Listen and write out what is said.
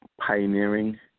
pioneering